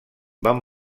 van